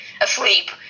asleep